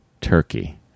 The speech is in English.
Turkey